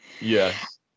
Yes